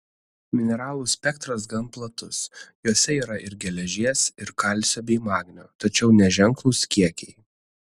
mineralų spektras gan platus jose yra ir geležies ir kalcio bei magnio tačiau neženklūs kiekiai